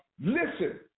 listen